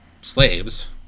slaves